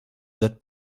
that